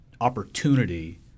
opportunity